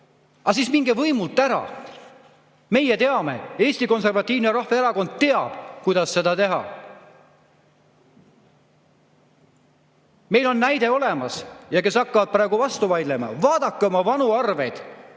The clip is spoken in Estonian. Aga siis minge võimult ära! Meie teame, Eesti Konservatiivne Rahvaerakond teab, kuidas seda teha. Meil on näide olemas. Ja kes hakkavad praegu vastu vaidlema, vaadake oma kahe aasta